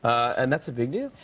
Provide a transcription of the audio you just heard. and that's a big deal.